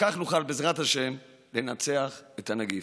וכך נוכל, בעזרת השם, לנצח את הנגיף.